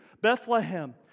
Bethlehem